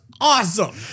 awesome